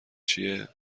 چیه